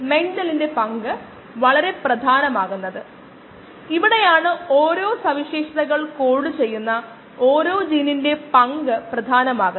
മൂന്നാമത്തെ പ്രധാന ചോദ്യം നൽകിയിരിക്കുന്നവയുമായി എങ്ങനെ ബന്ധിപ്പിക്കാം